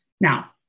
Now